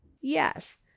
yes